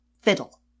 Fiddle